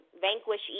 vanquish